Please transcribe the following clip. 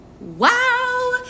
wow